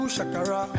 Shakara